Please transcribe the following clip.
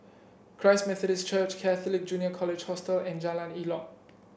Christ Methodist Church Catholic Junior College Hostel and Jalan Elok